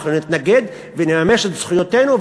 אנחנו נתנגד ונממש את זכויותינו,